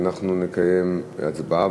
ואנחנו נקיים הצבעה,